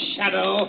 Shadow